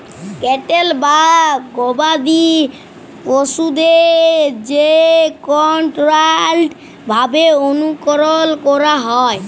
cattle বা গবাদি পশুদের যে কনটোরোলড ভাবে অনুকরল ক্যরা হয়